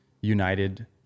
united